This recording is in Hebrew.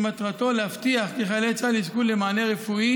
שמטרתו להבטיח כי חיילי צה"ל יזכו למענה רפואי